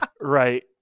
right